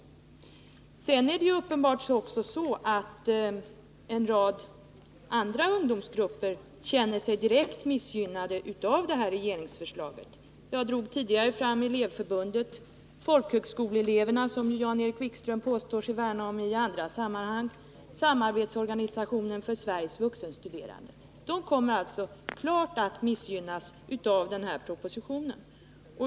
Sedan är det uppenbarligen också så, att en rad andra ungdomsgrupper känner sig direkt missgynnade av det här regeringsförslaget. Jag drog tidigare som exempel fram Sveriges folkhögskoleelevers förbund som Jan-Erik Wikström i andra sammanhang påstår sig vilja värna om. Samarbetsorganisationen för Sveriges vuxenstuderande kommer alltså klart att missgynnas av den här propositionen.